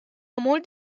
mold